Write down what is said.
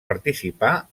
participar